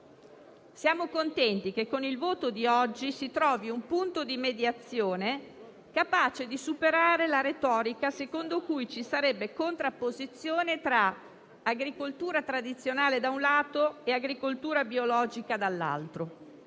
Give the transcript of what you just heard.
Siamo contenti che con il voto di oggi si trovi un punto di mediazione, capace di superare la retorica secondo cui ci sarebbe contrapposizione tra agricoltura tradizionale, da un lato, e agricoltura biologica, dall'altro: